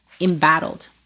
embattled